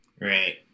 Right